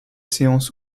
séances